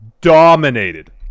dominated